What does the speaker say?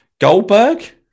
Goldberg